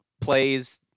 plays